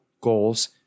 goals